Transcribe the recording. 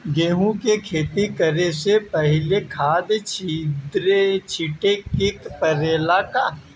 गेहू के खेती करे से पहिले खाद छिटे के परेला का?